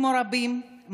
כמו רבים,